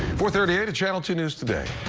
we're thirty eight a channel two news today.